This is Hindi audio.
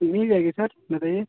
तो मिल जाएगी सर बताइए